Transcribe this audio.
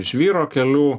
žvyro kelių